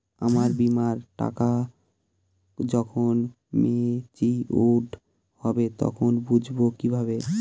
আমার বীমার টাকা যখন মেচিওড হবে তখন বুঝবো কিভাবে?